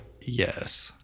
yes